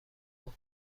اون